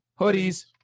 hoodies